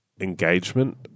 engagement